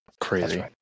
Crazy